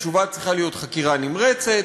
התשובה צריכה להיות חקירה נמרצת,